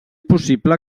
possible